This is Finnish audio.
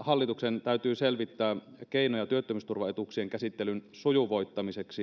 hallituksen täytyy selvittää keinoja työttömyysturvaetuuksien käsittelyn sujuvoittamiseksi